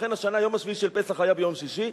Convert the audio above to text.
לכן השנה יום השביעי של פסח היה ביום שישי,